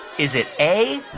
is it a,